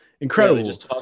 Incredible